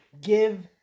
give